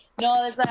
No